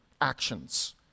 actions